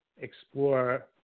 explore